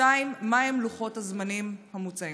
2. מהם לוחות הזמנים המוצעים?